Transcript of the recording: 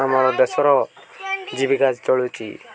ଆମର ଦେଶର ଜୀବିକା ଚଳୁଛି